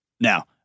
Now